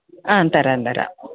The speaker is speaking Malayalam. ആ തരാം തരാം